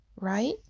Right